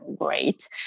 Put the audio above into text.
great